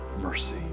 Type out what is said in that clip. mercy